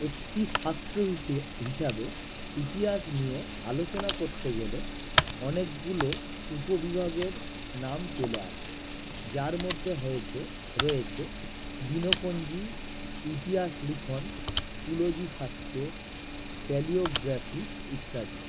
একটি শাস্ত্র হিসে হিসাবে ইতিহাস নিয়ে আলোচনা করতে গেলে অনেকগুলো উপবিভাগের নাম চলে আসে যার মধ্যে হয়েছে রয়েছে দিনপঞ্জি ইতিহাস লিখন পুলোজি শাস্ত ক্যালিওগ্রাফি ইত্যাদি